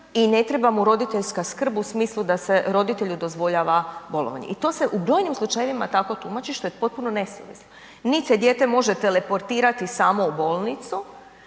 i ne treba mu roditeljska skrb u smislu da se roditelju dozvoljava bolovanje i to se u brojnim slučajevima tako tumači, što je potpuno nesuvislo. Niti se dijete može teleportirati samo u bolnicu,